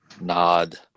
nod